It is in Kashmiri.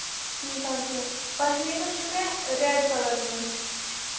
ٹھیٖک حظ چھُ پَشمیٖنُک چھُ مےٚ ریڈ کَلر نِیُن